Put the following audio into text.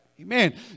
Amen